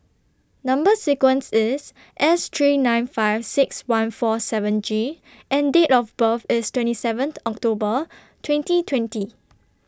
Number sequence IS S three nine five six one four seven G and Date of birth IS twenty seventh October twenty twenty